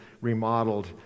remodeled